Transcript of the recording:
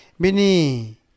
Bini